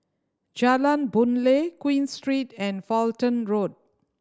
Jalan Boon Lay Queen Street and Fulton Road